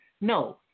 No